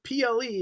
PLE